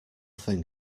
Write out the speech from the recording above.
thing